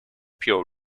pure